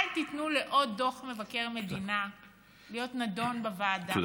אל תיתנו לעוד דוח מבקר מדינה להיות נדון בוועדה.